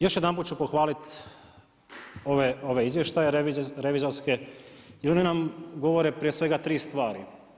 Još jedanput ću pohvalit ove izvještaje revizorske jer oni nam govore prije svega tri stvari.